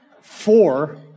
Four